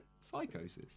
Psychosis